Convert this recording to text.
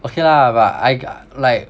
okay lah but I g~ like